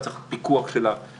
וצריך פיקוח של הכנסת.